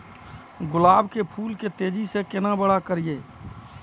गुलाब के फूल के तेजी से केना बड़ा करिए?